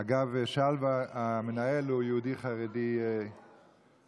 אגב, שלוה, המנהל הוא יהודי חרדי חסידי.